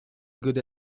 good